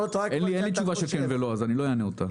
אין לי תשובה של "כן" ו"לא" אז אני לא אענה אותה.